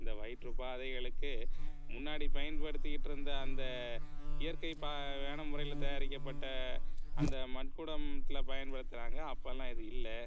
இந்த வயிற்று உபாதைகளுக்கு முன்னாடி பயன்படுத்திக்கிட்டுருந்த அந்த இயற்கை ப ஆன முறையில் தயாரிக்கப்பட்ட அந்த மண் குடத்தில் பயன்படுத்தறாங்க அப்போலாம் இது இல்லை